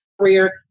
career